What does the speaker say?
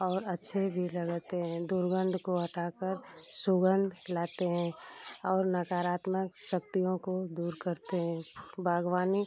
और अच्छे भी लगते हैं दुर्गंध को हटा कर सुगंध लाते हैं और नकारात्मक शक्तियों को दूर करते हैं बागवानी